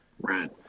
Right